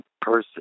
person